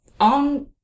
on